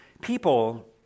people